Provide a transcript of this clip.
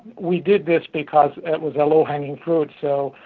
we did this because it was a low-hanging fruit. so